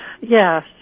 Yes